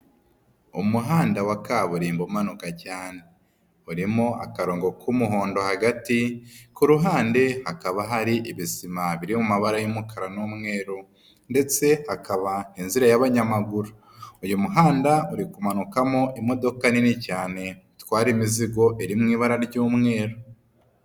Umuhanda wa kaburimbo umanuka cyane. Urimo akarongo k'umuhondo hagati, ku ruhande hakaba hari ibisima biri mu mabara y'umukara n'umweru ndetse hakaba n'inzira y'abanyamaguru. Uyu muhanda uri kumanukamo imodoka nini cyane itwara imizigo, iri mu ibara ry'umweru.